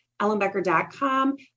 EllenBecker.com